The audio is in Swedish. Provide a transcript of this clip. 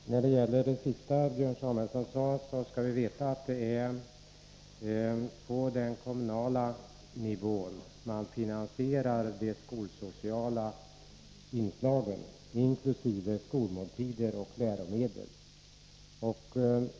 Herr talman! När det gäller det sista som Björn Samuelson sade skall vi veta att det är på den kommunala nivån som de skolsociala inslagen finansieras, inkl. skolmåltider och läromedel.